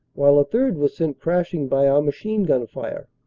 while a third was sent crashing by our machine-gun fire.